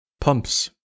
Pumps